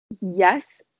Yes